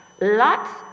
lots